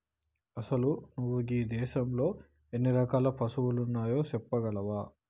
అసలు నువు గీ దేసంలో ఎన్ని రకాల పసువులు ఉన్నాయో సెప్పగలవా